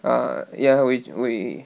ah ya we we